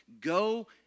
Go